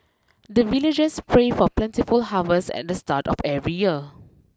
the villagers pray for plentiful harvest at the start of every year